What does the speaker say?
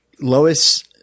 Lois